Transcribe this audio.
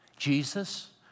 Jesus